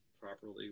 properly